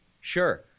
Sure